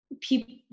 people